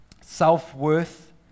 self-worth